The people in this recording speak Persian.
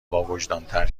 باوجدانتر